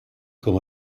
com